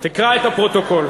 תקרא את הפרוטוקול.